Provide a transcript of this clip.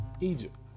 Egypt